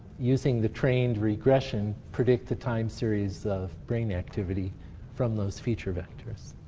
using the trained regression, predict the time series of brain activity from those feature vectors.